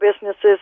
businesses